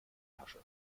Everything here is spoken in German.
tasche